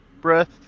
Breath